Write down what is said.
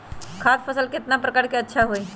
खाद्य फसल कितना प्रकार के होबा हई?